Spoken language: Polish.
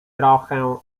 trochę